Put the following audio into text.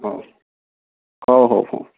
ହଉ ହଉ ହଉ ହଉ